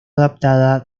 adaptada